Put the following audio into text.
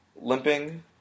limping